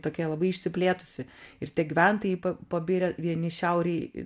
tokia labai išsiplėtusi ir tie gyventojai pabirę vieni šiaurėj